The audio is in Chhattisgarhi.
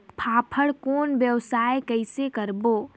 फाफण कौन व्यवसाय कइसे करबो?